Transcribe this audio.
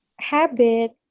Habit